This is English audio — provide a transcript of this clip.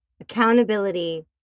Accountability